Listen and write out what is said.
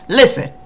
listen